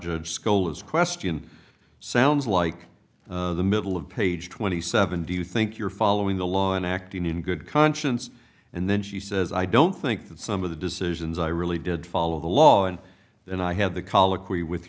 judge skoal is question sounds like the middle of page twenty seven do you think you're following the law and acting in good conscience and then she says i don't think that some of the decisions i really did follow the law and then i had the